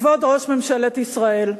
כבוד ראש ממשלת ישראל,